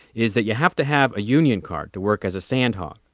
is that you have to have a union card to work as a sandhog.